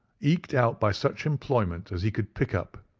eked out by such employment as he could pick up,